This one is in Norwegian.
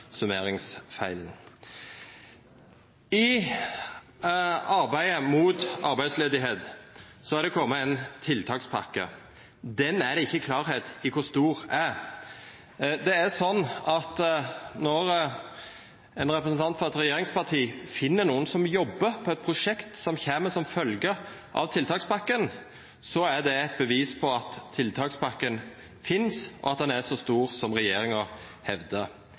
I arbeidet mot arbeidsløyse har det kome ein tiltakspakke. Det er ikkje klart kor stor han er. Når ein representant frå eit regjeringsparti finn nokon som jobbar på eit prosjekt som kjem som følgje av tiltakspakken, er det eit bevis på at tiltakspakken finst, og at han er så stor som regjeringa hevdar.